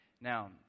Now